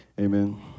Amen